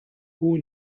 who